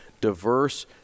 diverse